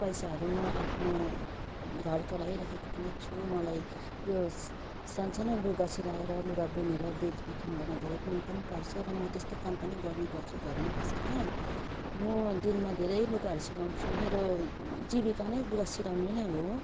पैसाहरू म आफ्नो घर चलाइरहेको पनि छु मलाई यो सान सानु लुगा सिलाएर लुगा बुनेर बेचबिखान गर्नु धेरै मन पनि पर्छ र म त्यस्तै काम पनि गर्ने गर्छु घरमा बसेर म दिनमा धेरै लुगाहरू सिलाउँछु मेरो जीविका नै लुगा सिलाउनु नै हो